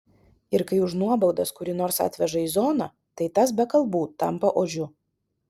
ir kai už nuobaudas kurį nors atveža į zoną tai tas be kalbų tampa ožiu